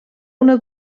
una